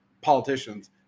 politicians